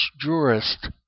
jurist